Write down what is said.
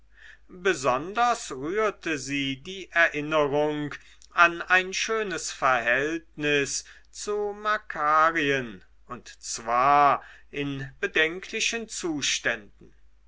besonders rührte sie die erinnerung an ein schönes verhältnis zu makarien und zwar in bedenklichen zuständen